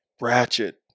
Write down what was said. Ratchet